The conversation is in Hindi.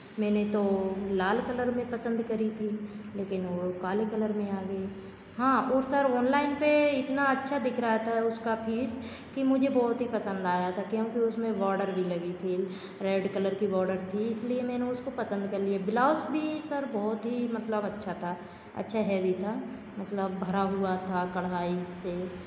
मैंने तो लाल कलर में पसंद करी थी लेकिन वो काली कलर मैं आ गई हाँ ओर सर ऑनलाइन पे इतना अच्छा दिख रहा था उसका पीस कि मुझे बहुत ही पसंद आया था कि हमको उसमें बॉर्डर भी लगी थी रेड कलर की बॉर्डर थी इसलिए मैंने उसको पसंद कर लिए ब्लाउज़ भी सर बहुत ही मतलब अच्छा था अच्छा हेवी था मतलब भरा हुआ था कढ़ाई से